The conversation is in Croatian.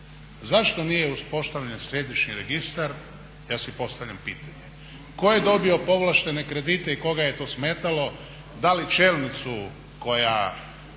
Zašto nije uspostavljen središnji registar ja si postavljam pitanje. Tko je dobio povlaštene kredite i koga je to smetalo? Da li čelnicu koja